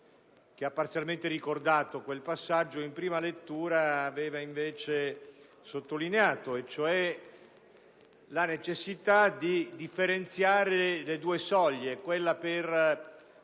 che ha parzialmente ricordato quel passaggio - aveva invece sottolineato e cioè la necessità di differenziare le due soglie: quella per